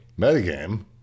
Metagame